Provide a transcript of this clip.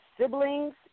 siblings